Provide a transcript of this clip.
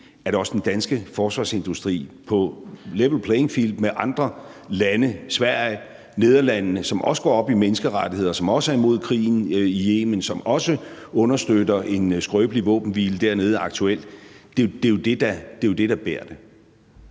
at også den danske forsvarsindustri på level playing field med andre lande – f.eks. Sverige og Nederlandene – som også går op i menneskerettigheder, som også er imod krigen i Yemen, og som også aktuelt understøtter en skrøbelig våbenhvile dernede. Det er jo det, der bærer det.